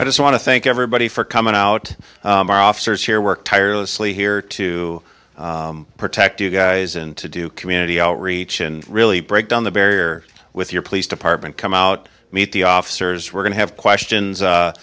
i just want to thank everybody for coming out our officers here worked tirelessly here to protect you guys and to do community outreach and really break down the barrier with your police department come out meet the officers we're going to have questions